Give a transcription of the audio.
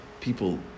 people